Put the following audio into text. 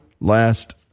last